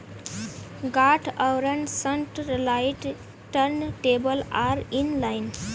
गांठ आवरण satellite turn table or in line